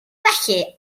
felly